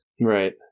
Right